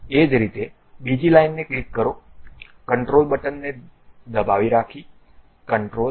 એ જ રીતે બીજી લાઇનને ક્લિક કરો કંટ્રોલ બટનને રાખી કંટ્રોલ હોલ્ડ અને લાઇન